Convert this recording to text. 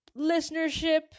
listenership